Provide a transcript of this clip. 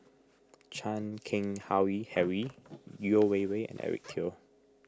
Chan Keng Howe Harry Yeo Wei Wei and Eric Teo